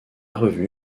revue